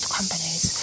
companies